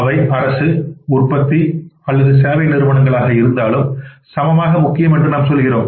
அவை அரசு உற்பத்தி அல்லது சேவை நிறுவனங்களாகஇருந்தாலும் சமமாக முக்கியம் என்று நாம் சொல்கிறோம்